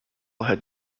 had